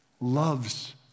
loves